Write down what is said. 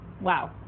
Wow